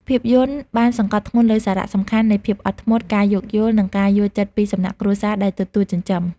ភាពយន្តបានសង្កត់ធ្ងន់លើសារៈសំខាន់នៃភាពអត់ធ្មត់ ការយោគយល់ និងការយល់ចិត្តពីសំណាក់គ្រួសារដែលទទួលចិញ្ចឹម។